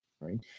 right